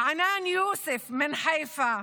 ענאן יוסף מחיפה,